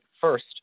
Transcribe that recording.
first